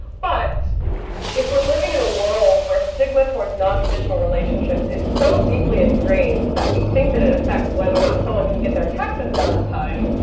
but if we're living in a world where stigma towards non-traditional relationships is so deeply ingrained that we think that it affects whether or not someone can get their taxes done on time,